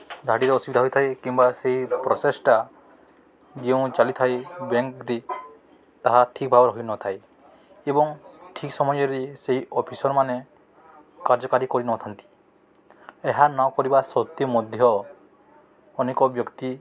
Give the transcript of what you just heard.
ଧାଡ଼ିରେ ଅସୁବିଧା ହୋଇଥାଏ କିମ୍ବା ସେଇ ପ୍ରସେସ୍ଟା ଯେଉଁ ଚାଲିଥାଏ ବ୍ୟାଙ୍କ୍ରେ ତାହା ଠିକ୍ ଭାବରେ ହୋଇନଥାଏ ଏବଂ ଠିକ୍ ସମୟରେ ସେହି ଅଫିସର୍ମାନେ କାର୍ଯ୍ୟକାରୀ କରିନଥାନ୍ତି ଏହା ନ କରିବା ସତ୍ତ୍ୱେ ମଧ୍ୟ ଅନେକ ବ୍ୟକ୍ତି